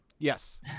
Yes